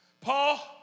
Paul